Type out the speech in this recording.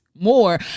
more